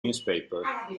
newspaper